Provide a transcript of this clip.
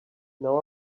now